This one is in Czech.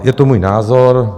Je to můj názor.